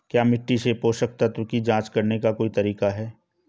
क्या मिट्टी से पोषक तत्व की जांच करने का कोई तरीका है?